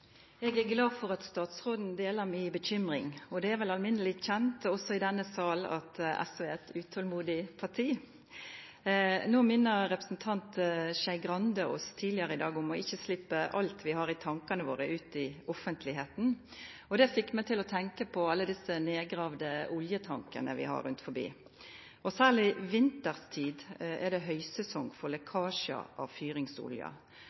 Jeg er glad for at statsråden deler min bekymring. Det er vel alminnelig kjent også i denne sal at SV er et utålmodig parti. Nå minnet representanten Skei Grande oss tidligere i dag på ikke å slippe alt vi har i tankene våre, ut i offentligheten. Det fikk meg til å tenke på alle disse nedgravde oljetankene vi har rundt omkring. Særlig vinterstid er det høysesong for